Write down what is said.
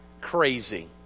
crazy